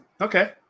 okay